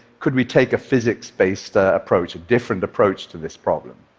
could we take a physics-based approach a different approach to this problem.